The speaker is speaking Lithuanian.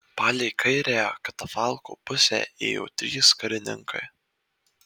palei kairiąją katafalko pusę ėjo trys karininkai